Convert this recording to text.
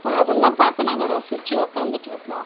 ப அதெல்லாம் பார்த்து நாங்கள் ரசிச்சு உக்காந்துட்டு இருப்போம்